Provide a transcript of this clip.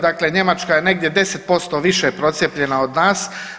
Dakle, Njemačka je negdje 10% više procijepljena od nas.